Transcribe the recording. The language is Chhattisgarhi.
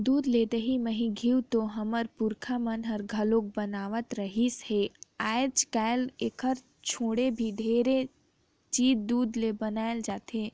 दूद ले दही, मही, घींव तो हमर पूरखा मन ह घलोक बनावत रिहिस हे, आयज कायल एखर छोड़े भी ढेरे चीज दूद ले बनाल जाथे